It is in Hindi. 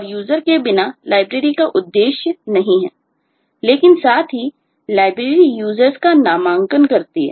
और User के बिना Library का कोई उद्देश्य नहीं है लेकिन साथ ही Library Users का नामांकन करती है